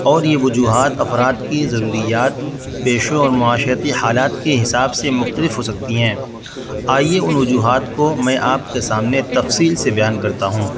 اور یہ وجوہات افراد کی ضروریات پیشوں اور معاشرتی حالات کے حساب سے مختلف ہو سکتی ہیں آئیے ان وجوہات کو میں آپ کے سامنے تفصیل سے بیان کرتا ہوں